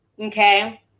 okay